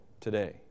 today